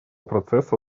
процесса